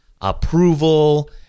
approval